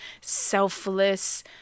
selfless